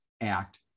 Act